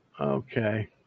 Okay